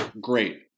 Great